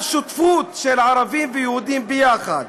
שותפות של ערבים ויהודים יחד.